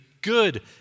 good